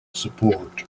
support